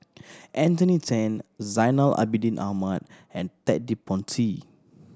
Anthony Then Zainal Abidin Ahmad and Ted De Ponti